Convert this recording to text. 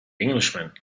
englishman